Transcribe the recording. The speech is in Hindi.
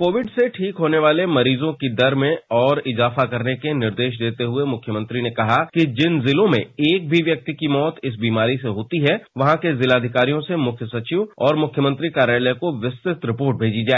कोविड से ठीक होने वाले मरीजों की दर में और इजाफा करने के निर्देश देते हुए मुख्यमंत्री ने कहा कि जिन जिलों में एक भी व्यक्ति की मौत इस बीमारी से होती है वहां के जिलाधिकारियों से मुख्य सचिव और मुख्यमंत्री कार्यालय को विस्तृत रिपोर्ट भेजी जाए